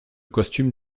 costume